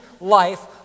life